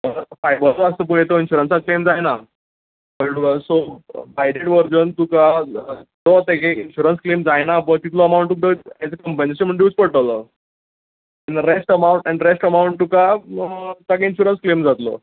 fibre जो आसता पळय तो इनशुरन्सान क्लेम जायना कळ्ळें तुका सो बायडेड वर्जन तुका तो तेगे इनशुरन्स क्लेम जायना पळय तितलो एमावंट तुका एज अ कन्सेशन म्हण दिवचो पडटलो रेश्ट एमावंट आनी रेश्ट एमावंट तुका तागे इनशुरन्स क्लेम जातलो